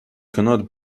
cannot